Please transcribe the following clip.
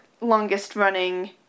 longest-running